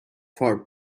for